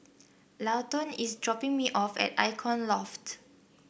Llawton is dropping me off at Icon Loft